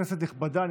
כנסת נכבדה".